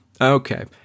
Okay